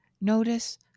notice